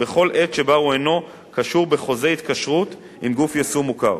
בכל עת שבה הוא אינו קשור בחוזה התקשרות עם גוף יישום מוכר.